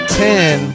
ten